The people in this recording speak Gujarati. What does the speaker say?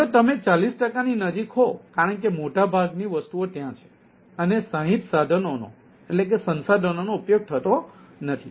જો તમે 40 ટકાની નજીક હો કારણ કે મોટાભાગની વસ્તુઓ ત્યાં છે અને 60 સાધનોનો ઉપયોગ થતો નથી